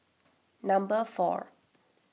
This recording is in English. number four